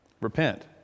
Repent